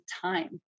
time